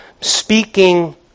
speaking